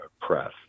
press